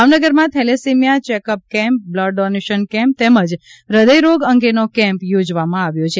ભાવનગરમાં thalassemia checkup camp blood donation camp તેમજ હૃદય રોગ અંગેનો કેમ્પ યોજવામાં આવ્યો છે